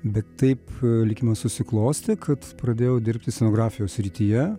bet taip likimas susiklostė kad pradėjau dirbti scenografijos srityje